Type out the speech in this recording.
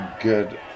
good